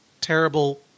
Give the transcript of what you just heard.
terrible